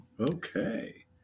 Okay